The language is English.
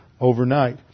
overnight